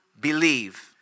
believe